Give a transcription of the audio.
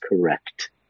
correct